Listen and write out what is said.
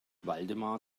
waldemar